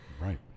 Right